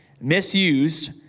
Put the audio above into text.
misused